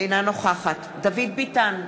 אינה נוכחת דוד ביטן,